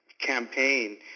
campaign